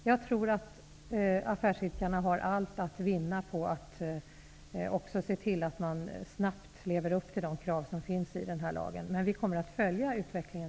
Jag tror att affärsidkarna har allt att vinna på att leva upp till kraven i denna lag. Jag kan lova att vi kommer att följa utvecklingen.